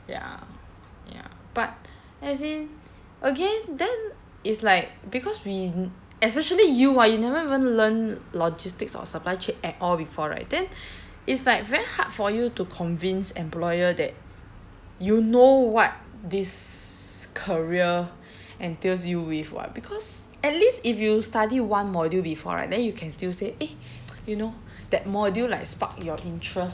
ya ya but as in again then it's like because we especially you [what] you never even learn logistics or supply chain at all before right then it's like very hard for you to convince employer that you know what this career entails you with [what] because at least if you study one module before right then you can still say eh you know that module like spark your interest